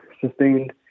sustained